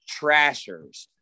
trashers